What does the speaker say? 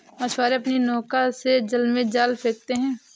मछुआरे अपनी नौका से जल में जाल फेंकते हैं